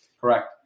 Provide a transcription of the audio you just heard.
Correct